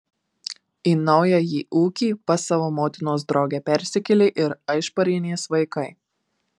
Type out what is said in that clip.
į naująjį ūkį pas savo motinos draugę persikėlė ir aišparienės vaikai